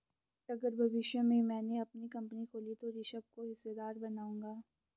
अगर भविष्य में मैने अपनी कंपनी खोली तो ऋषभ को हिस्सेदार बनाऊंगा